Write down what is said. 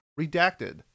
redacted